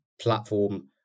platform